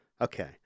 Okay